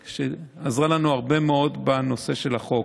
שעזרה לנו הרבה מאוד בנושא של החוק.